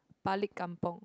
balik kampung